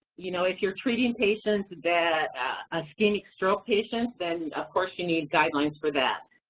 you know if you're treating patients that, an ischemic stroke patient then of course you need guidelines for that.